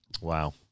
Wow